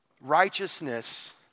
Righteousness